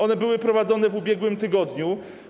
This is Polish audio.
One były prowadzone w ubiegłym tygodniu.